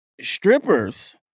strippers